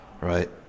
right